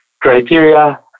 criteria